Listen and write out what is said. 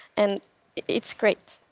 and it's great.